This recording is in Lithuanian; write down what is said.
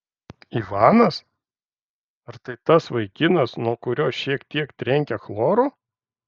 ivanas ar tai tas vaikinas nuo kurio šiek tiek trenkia chloru